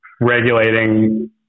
regulating